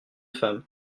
femmes